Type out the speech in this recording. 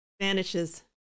vanishes